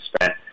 spent